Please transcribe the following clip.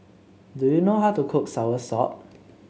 do you know how to cook soursop